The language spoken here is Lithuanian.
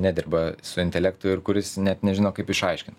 nedirba su intelektu ir kuris net nežino kaip išaiškint